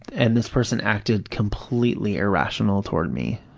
and this person acted completely irrational toward me,